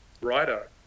writer